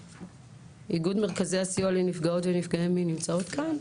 איגוד מרכזי הסיוע לנפגעות ולנפגעי מין נמצא כאן?